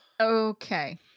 Okay